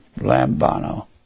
Lambano